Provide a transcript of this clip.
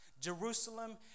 Jerusalem